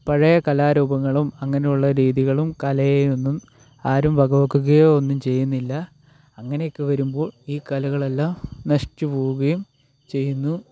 പഴയ കലാരൂപങ്ങളും അങ്ങനെയുള്ള രീതികളും കലയെ ഒന്നും ആരും വക വയ്ക്കുകയോ ഒന്നും ചെയ്യുന്നില്ല അങ്ങനെയൊക്കെ വരുമ്പോൾ ഈ കലകളെല്ലാം നശിച്ചു പോവുകയും ചെയ്യുന്നു